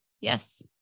yes